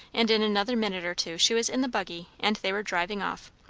and in another minute or two she was in the buggy, and they were driving off.